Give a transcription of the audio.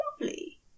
Lovely